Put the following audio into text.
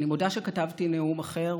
אני מודה שכתבתי נאום אחר,